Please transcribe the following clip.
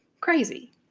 crazy